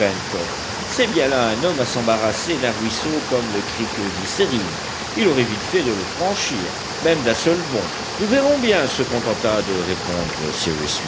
c'est bien là un homme à s'embarrasser d'un ruisseau comme le creek glycérine il aurait vite fait de le franchir même d'un seul bond nous verrons bien se contenta de répondre